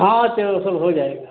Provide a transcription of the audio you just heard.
हाँ चलो सब हो जाएगा